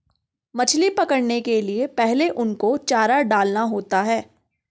मछली पकड़ने के लिए पहले उनको चारा डालना होता है